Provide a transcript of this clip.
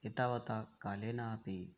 एतावता कालेन अपि